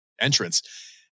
entrance